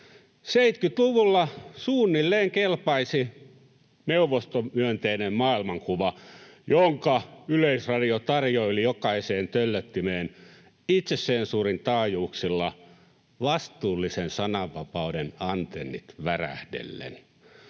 70-luvulla suunnilleen kelpasi neuvostomyönteinen maailmankuva, jonka Yleisradio tarjoili jokaiseen töllöttimeen itsesensuurin taajuuksilla ”vastuullisen sananvapauden” antennit värähdellen.